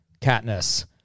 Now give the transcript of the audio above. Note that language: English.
Katniss